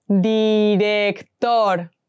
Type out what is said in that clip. Director